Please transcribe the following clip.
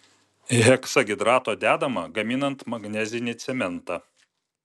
heksahidrato dedama gaminant magnezinį cementą